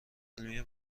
علمی